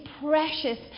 precious